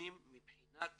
מתקדמים מבחינת